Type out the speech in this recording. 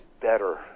better